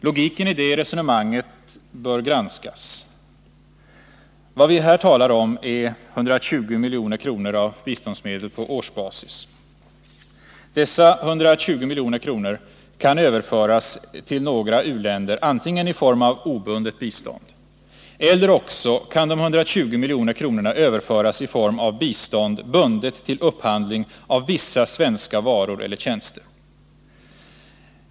Logiken i det resonemanget bör granskas. Vad vi här talar om är 120 milj.kr. av biståndsmedel på årsbasis. Dessa 120 milj.kr. kan överföras till några u-länder, antingen i form av obundet bistånd eller också i form av bistånd bundet till upphandling av vissa svenska varor eller tjänster.